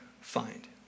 find